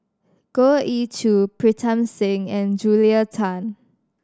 Goh Ee Choo Pritam Singh and Julia Tan